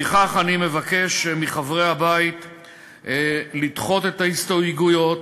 לפיכך אני מבקש מחברי הבית לדחות את ההסתייגויות